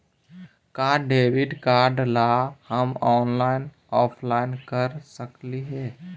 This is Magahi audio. का डेबिट कार्ड ला हम ऑनलाइन अप्लाई कर सकली हे?